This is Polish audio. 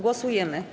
Głosujemy.